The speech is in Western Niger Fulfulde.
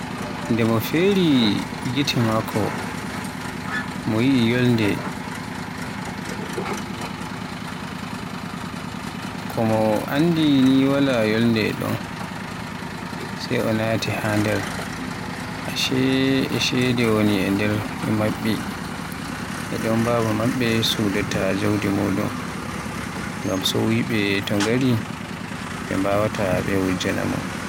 Nden mo fere hite maakko mo yi'i yolnde, ko mo anndi mi wala yolnde e don, sai o naati haa nder, Ashe e ceede woni e maɓɓi. E ɗon baaba maɓɓe suɗaata jawdi muɗum. Ngam so wuyɓe ngari, ɓe mbawaata ɓe wujja na mo.